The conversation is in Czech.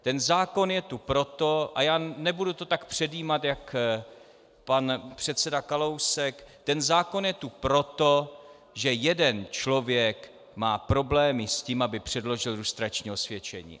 Ten zákon je tu proto, a já to nebudu tak předjímat jak pan předseda Kalousek, ten zákon je tu proto, že jeden člověk má problémy s tím, aby předložil lustrační osvědčení.